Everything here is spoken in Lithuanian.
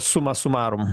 sumą sumarum